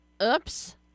Oops